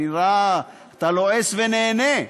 אני רואה, אתה לועס ונהנה.